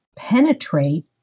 Penetrate